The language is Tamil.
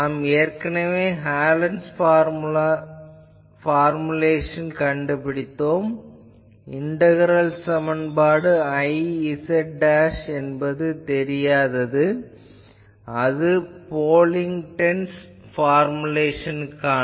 நாம் ஏற்கனவே ஹாலன்'ஸ் பார்முலேஷன் கண்டுபிடித்தோம் இது இண்டகரல் சமன்பாடு Iz என்பது தெரியாதது அது போக்லின்க்டன்'ஸ் பார்முலேஷனுக்காக